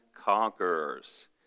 conquerors